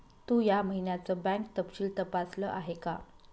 तू या महिन्याचं बँक तपशील तपासल आहे का?